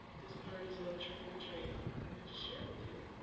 this part is a little trick of the trade i wanted to share with you.